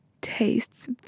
tastes